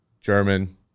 German